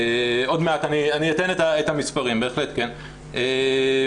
אני אתן את המספרים עוד מעט.